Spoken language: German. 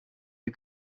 ihr